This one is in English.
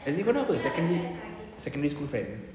as in korang apa secondary secondary school friends